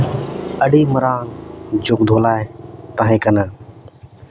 ᱟᱹᱰᱤ ᱢᱟᱨᱟᱝ ᱡᱳᱜᱽᱫᱷᱱᱟᱭ ᱛᱟᱦᱮᱸ ᱠᱟᱱᱟ